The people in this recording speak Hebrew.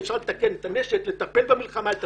שאפשר לתקן את הנשק ולטפל בכלים.